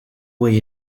way